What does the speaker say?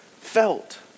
felt